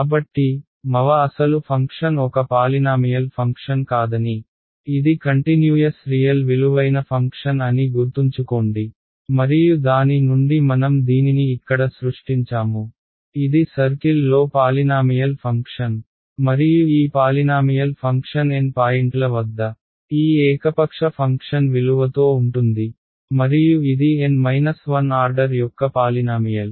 కాబట్టి మవ అసలు ఫంక్షన్ ఒక పాలినామియల్ ఫంక్షన్ కాదని ఇది కంటిన్యూయస్ రియల్ విలువైన ఫంక్షన్ అని గుర్తుంచుకోండి మరియు దాని నుండి మనం దీనిని ఇక్కడ సృష్టించాము ఇది సర్కిల్ లో పాలినామియల్ ఫంక్షన్ మరియు ఈ పాలినామియల్ ఫంక్షన్ N పాయింట్ల వద్ద ఈ ఏకపక్ష ఫంక్షన్ విలువతో ఉంటుంది మరియు ఇది N 1 ఆర్డర్ యొక్క పాలినామియల్